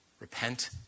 Repent